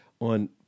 on